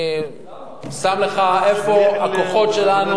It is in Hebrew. אני שם לך איפה הכוחות שלנו.